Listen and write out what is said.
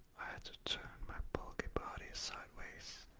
had to turn my bulky body sideways.